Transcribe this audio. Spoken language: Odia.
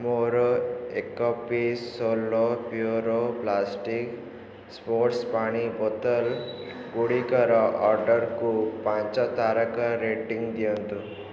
ମୋର ଏକ ପିସ୍ ସଲୋ ପ୍ୟୁରୋ ପ୍ଲାଷ୍ଟିକ୍ ସ୍ପୋର୍ଟ୍ସ୍ ପାଣି ବୋତଲଗୁଡ଼ିକର ଅର୍ଡ଼ର୍ଟିକୁ ପାଞ୍ଚ ତାରକାର ରେଟିଂ ଦିଅନ୍ତୁ